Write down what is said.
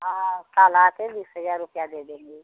हाँ कल आकर बीस हज़ार रुपये दे देंगे